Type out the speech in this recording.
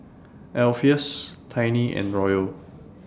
Alpheus Tiny and Royal